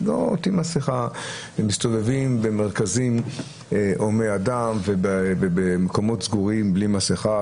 לא עוטים מסכה ומסתובבים במרכזים הומי אדם ובמקומות סגורים בלי מסכה,